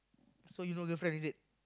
so you no girlfriend is it